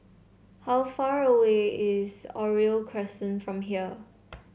how far away is Oriole Crescent from here